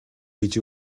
гэж